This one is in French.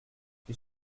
ils